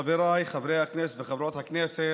חבריי חברי הכנסת וחברות הכנסת,